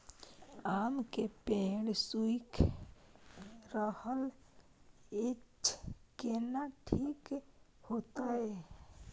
आम के पेड़ सुइख रहल एछ केना ठीक होतय?